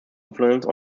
influence